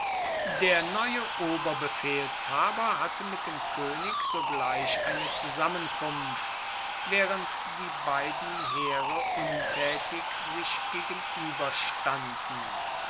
der neue oberbefehlshaber hatte mit dem koenig sogleich eine zusammenkunft waehrend die beiden heere untaetig sich